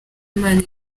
imana